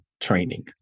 training